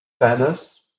Fairness